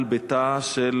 על ביתה של